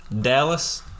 Dallas